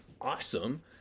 awesome